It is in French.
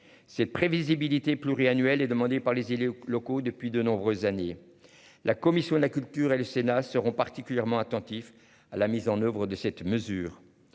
Ces prévisibilité pluriannuel est demandée par les élus locaux depuis de nombreuses années. La commission de la culture et le Sénat seront particulièrement attentifs à la mise en oeuvre de cette mesure.